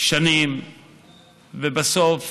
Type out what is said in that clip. שנים ובסוף